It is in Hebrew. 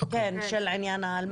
של עניין האלמ"ב.